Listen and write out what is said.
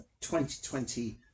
2020